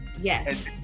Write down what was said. Yes